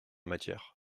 matière